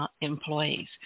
employees